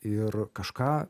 ir kažką